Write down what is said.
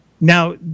Now